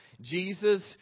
Jesus